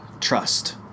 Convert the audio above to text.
trust